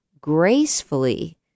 gracefully